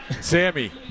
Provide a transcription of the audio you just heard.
Sammy